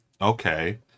okay